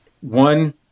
One